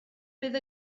bydd